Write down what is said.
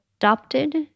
adopted